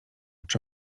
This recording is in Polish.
czy